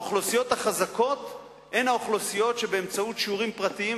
האוכלוסיות החזקות הן האוכלוסיות שבאמצעות שיעורים פרטיים